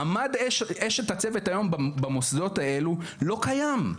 מעמד אשת הצוות במוסדות האלה לא קיים.